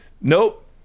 nope